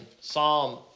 Psalm